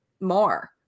more